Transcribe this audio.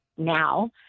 now